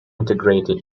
integrated